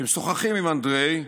כשמשוחחים עם אנדרי,